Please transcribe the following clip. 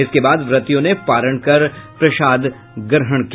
इसके बाद व्रतियों ने पारण कर प्रसाद ग्रहण किया